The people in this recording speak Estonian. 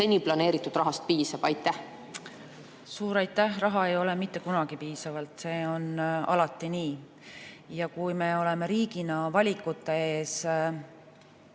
seni planeeritud rahast piisab? Suur aitäh! Raha ei ole kunagi piisavalt, see on alati nii. Kui me oleme riigina valikute ees,